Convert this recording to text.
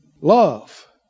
Love